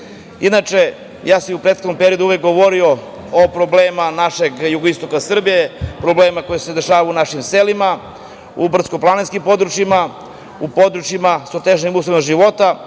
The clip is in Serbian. decu. Inače, i u prethodnom periodu sam govorio o problemima naše jugoistoka Srbije, problemima koji se dešavaju u našim selima, u brdsko-planinskim područjima, u područjima sa težim uslovima života.